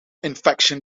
infection